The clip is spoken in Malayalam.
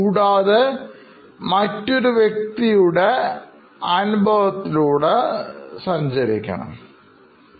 കൂടാതെ മറ്റൊരു വ്യക്തിയുടെ അനുഭവത്തിലൂടെ സഞ്ചരിക്കുകയും ചെയ്യുന്നു